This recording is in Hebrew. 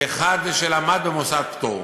כאחד שלמד במוסד פטור: